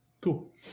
cool